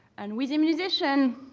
and with immunization,